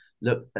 look